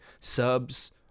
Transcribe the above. subs